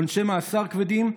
עונשי מאסר כבדים,